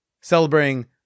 celebrating